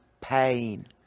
pain